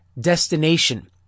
destination